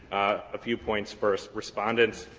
a few points first. respondent's